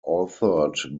authored